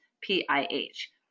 PIH